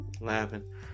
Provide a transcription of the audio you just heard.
laughing